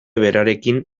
berarekin